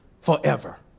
forever